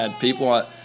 people